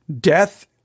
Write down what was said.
death